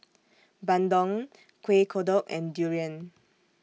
Bandung Kuih Kodok and Durian